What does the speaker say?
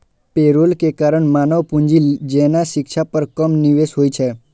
payroll के कारण मानव पूंजी जेना शिक्षा पर कम निवेश होइ छै